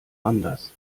anders